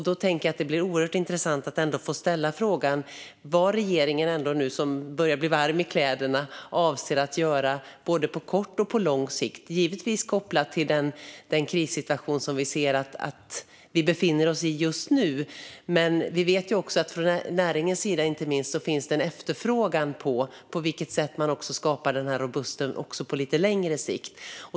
Då blir det oerhört intressant att ändå få ställa frågan vad regeringen, som nu börjar bli varm i kläderna, avser att göra både på kort och på lång sikt, givetvis kopplat till den krissituation som vi befinner oss i just nu. Men vi vet också att inte minst näringen efterfrågar på vilket sätt man skapar denna robusthet också på lite längre sikt.